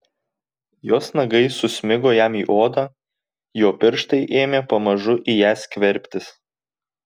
jos nagai susmigo jam į odą jo pirštai ėmė pamažu į ją skverbtis